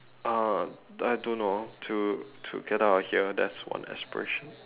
uh I don't know to to get out of here that's one aspiration